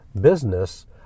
business